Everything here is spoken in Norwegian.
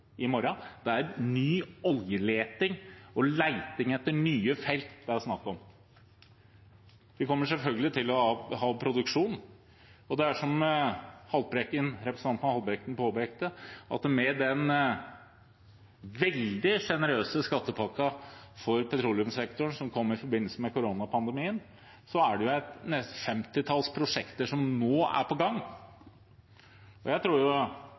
i morgen, det er ny oljeleting og leting etter nye felt det er snakk om. Vi kommer selvfølgelig til å ha produksjon. Som representanten Haltbrekken påpekte, er det – med den veldig sjenerøse skattepakken for petroleumssektoren som kom i forbindelse med koronapandemien – et femtitalls prosjekter som nå er på gang. Jeg tror